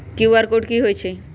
QR code कि हई छई?